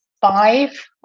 five